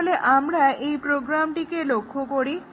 তাহলে আমরা এই প্রোগ্রামটিকে লক্ষ্য করি